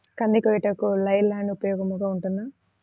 కంది కోయుటకు లై ల్యాండ్ ఉపయోగముగా ఉంటుందా?